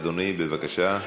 אדוני, בבקשה.